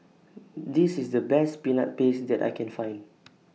This IS The Best Peanut Paste that I Can Find